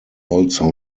also